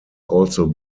also